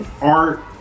art